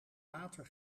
water